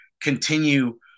continue